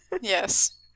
yes